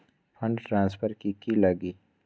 Fund transfer कि की लगी?